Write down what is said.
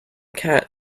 cat